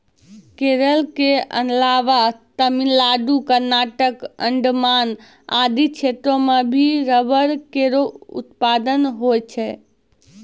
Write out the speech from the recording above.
केरल क अलावा तमिलनाडु, कर्नाटक, अंडमान आदि क्षेत्रो म भी रबड़ केरो उत्पादन होय छै